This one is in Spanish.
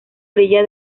orilla